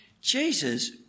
Jesus